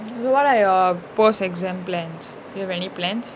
what are your post exam plans do you have any plans